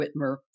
Whitmer